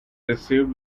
received